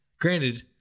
Granted